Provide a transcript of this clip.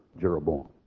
Jeroboam